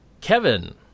Kevin